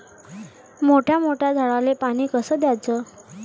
मोठ्या मोठ्या झाडांले पानी कस द्याचं?